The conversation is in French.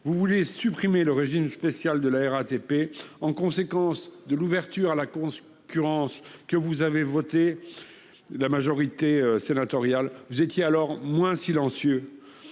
Vous voulez supprimer le régime spécial de la RATP, comme une conséquence de l'ouverture à la concurrence que vous, majorité sénatoriale, avez votée. Vous étiez alors moins silencieux.